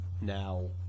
Now